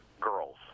girls